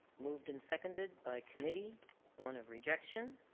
moved and seconded by committee one of rejection